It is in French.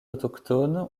autochtones